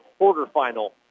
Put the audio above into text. quarterfinal